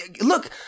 look